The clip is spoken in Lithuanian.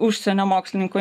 užsienio mokslininkų